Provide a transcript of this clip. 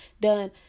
done